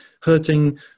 hurting